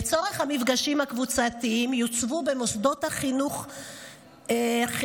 לצורך המפגשים הקבוצתיים יוצבו במוסדות החינוך פסיכולוג